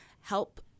help